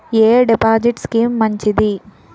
ఎ deposit scheme మంచిది?